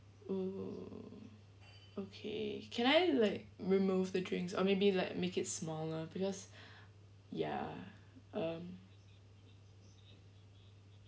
oh okay can I like remove the drinks or maybe like make it smaller because ya um